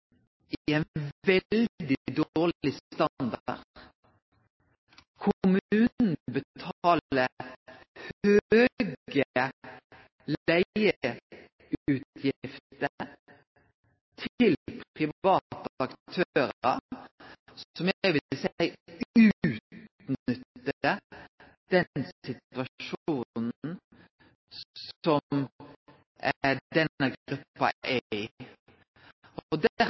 veldig dårleg standard. Kommunen betaler høge leigeprisar til private aktørar, som eg vil seie utnyttar den situasjonen som denne gruppa er